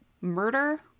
murder